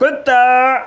کتا